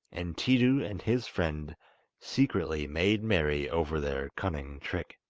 and tiidu and his friend secretly made merry over their cunning trick.